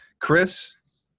Chris